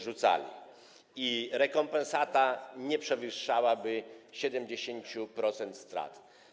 Rekompensata nie przewyższałaby 70% strat.